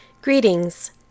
Greetings